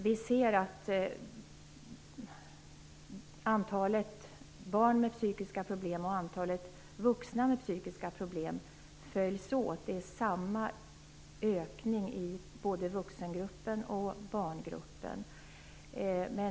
Vi kan se att antalet barn med psykiska problem och antalet vuxna med psykiska problem följs åt. Ökningen är densamma i både barngruppen och vuxengruppen.